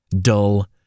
dull